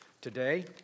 today